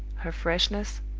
her freshness,